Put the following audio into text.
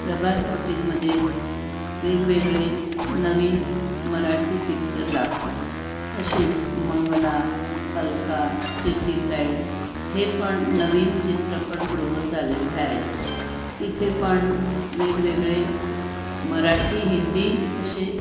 प्रभात टॉकीजमध्ये वेगवेगळे नवीन मराठी पिक्चर लागतात तशीच मंगला अल्का सिटी प्राईड हे पण नवीन चित्रपटगृहं झालेले आहेत तिथे पण वेगवेगळे मराठी हिंदी असे